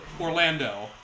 Orlando